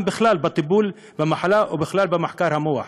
בכלל בטיפול במחלה ובכלל בחקר המוח,